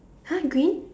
!huh! green